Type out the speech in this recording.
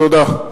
תודה.